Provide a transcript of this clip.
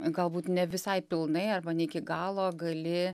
galbūt ne visai pilnai arba ne iki galo gali